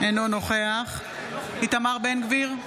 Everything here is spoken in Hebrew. אינו נוכח איתמר בן גביר,